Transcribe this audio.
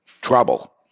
Trouble